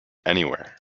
anywhere